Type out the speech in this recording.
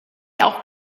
auch